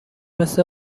مثل